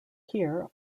here